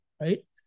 right